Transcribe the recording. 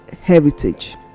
heritage